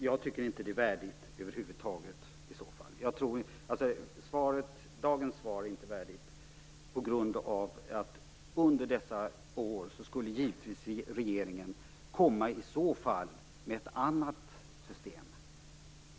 Jag tycker i så fall inte att svaret är värdigt över huvud taget. Dagens svar är inte värdigt på grund av att regeringen i så fall under dessa år givetvis skulle komma med ett annat system.